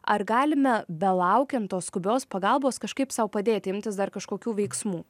ar galime belaukiant tos skubios pagalbos kažkaip sau padėti imtis dar kažkokių veiksmų